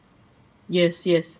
yes yes